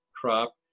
crop